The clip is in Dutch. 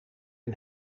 een